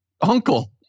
uncle